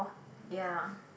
ya